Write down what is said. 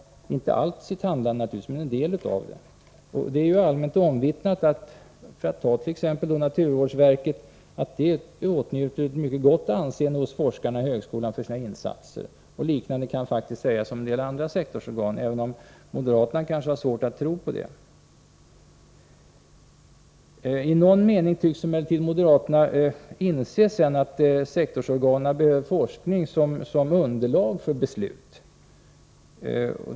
Det är allmänt omvittnat att t.ex. naturvårdsverket åtnjuter ett mycket gott anseende hos forskarna i högskolan för sina insatser. Liknande kan faktiskt sägas om några andra sektorsorgan, även om moderaterna kanske har svårt att tro det. I någon mening tycks emellertid moderaterna inse att sektorsorganen behöver forskning som underlag för beslut.